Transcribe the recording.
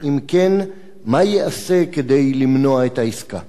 2. אם כן, מה ייעשה כדי למנוע את העסקה?